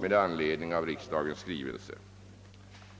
med anledning av riksdagens skrivelse.